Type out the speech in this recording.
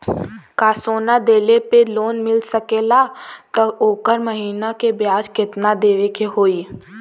का सोना देले पे लोन मिल सकेला त ओकर महीना के ब्याज कितनादेवे के होई?